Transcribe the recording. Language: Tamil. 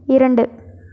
இரண்டு